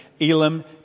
Elam